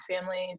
families